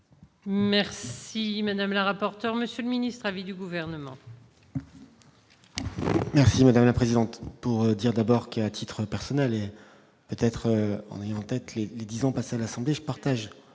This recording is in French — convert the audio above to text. Merci madame la rapporteur, Monsieur le Ministre à vie du gouvernement. Merci madame la présidente, pour dire d'abord que, à titre personnel et peut-être vont être les les 10 passe à l'Assemblée, je partage